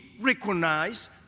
recognize